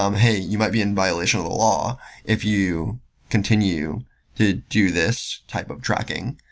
um hey, you might be in violation of the law if you continue to do this type of tracking.